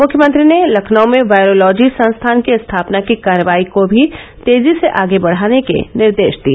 मुख्यमंत्री ने लखनऊ में वायरोलॉजी संस्थान की स्थापना की कार्यवाही को भी तेजी से आगे बढ़ाने के निर्देश दिए